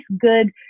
good